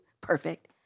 perfect